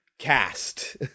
cast